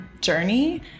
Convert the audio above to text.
journey